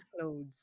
clothes